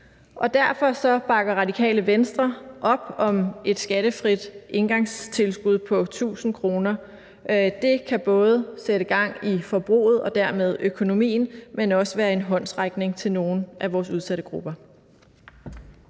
derfor bakker Det Radikale Venstre op om et skattefrit engangstilskud på 1.000 kr. Det kan både sætte gang i forbruget og dermed økonomien, men også være en håndsrækning til nogle af vores udsatte grupper.